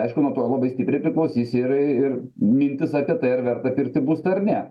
aišku nuo to labai stipriai priklausys ir ir mintis apie tai ar verta pirkti būstą ar ne